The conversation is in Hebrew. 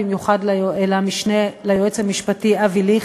במיוחד למשנה ליועץ המשפטי אבי ליכט,